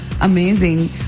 amazing